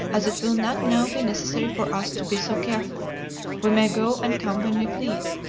as it will not now be necessary for us to be so careful we may go and come when we please.